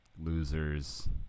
losers